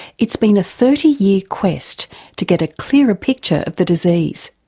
it's been a thirty year quest to get a clearer picture of the disease,